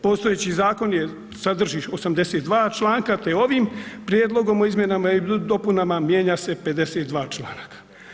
Postojeći zakon je, sadrži 82 članka te ovim Prijedlogom o izmjenama i dopunama mijenja se 52. članaka.